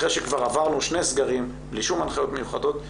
אחרי שכבר עברנו שני סגרים בלי שום הנחיות מיוחדות.